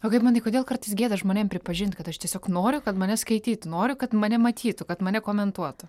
o kaip manai kodėl kartais gėda žmonėm pripažint kad aš tiesiog noriu kad mane skaitytų noriu kad mane matytų kad mane komentuotų